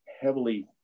heavily